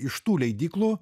iš tų leidyklų